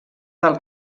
del